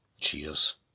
Cheers